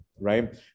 Right